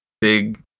big